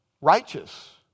righteous